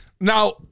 now